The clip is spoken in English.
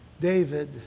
David